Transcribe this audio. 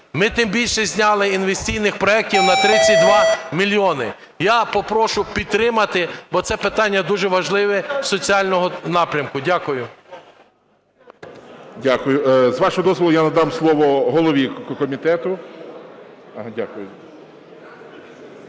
Ми, тим більше, зняли інвестиційних проектів на 32 мільйони. Я попрошу підтримати, бо це питання дуже важливе, соціального напрямку. Дякую. ГОЛОВУЮЧИЙ. Дякую. З вашого дозволу я надам слово голові комітету. Дякую.